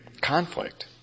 conflict